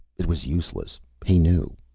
it was useless, he knew.